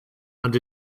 and